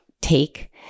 take